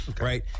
right